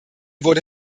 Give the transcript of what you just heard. wurde